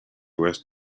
worse